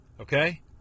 okay